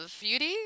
beauty